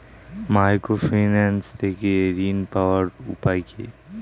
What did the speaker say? Microfinance থেকে ঋণ পাওয়ার উপায় কি?